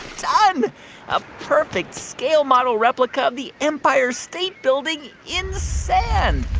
done a perfect scale model replica of the empire state building in sand